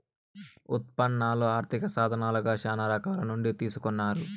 ఉత్పన్నాలు ఆర్థిక సాధనాలుగా శ్యానా రకాల నుండి తీసుకున్నారు